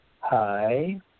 Hi